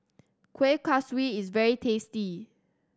Kuih Kaswi is very tasty